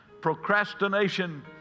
Procrastination